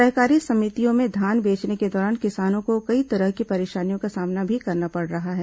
सहकारी समितियों में धान बेचने के दौरान किसानों को कई तरह की परेशानियों का सामना भी करना पड़ रहा है